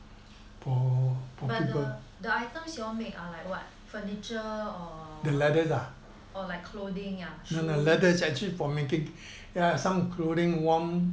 but the the items you all make is like what furniture or or like clothing like shoe